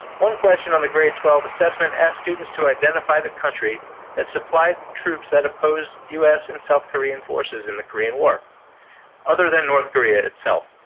one question on the grade twelve assessment asked students to identify the country that supplied troops that opposed u s. and south korean forces in the korean war other than north korea itself.